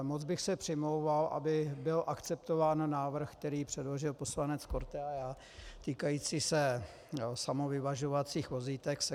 Moc bych se přimlouval, aby byl akceptován návrh, který předložil poslanec Korte, týkající se samovyvažovacích vozítek Segway.